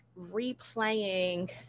replaying